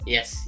Yes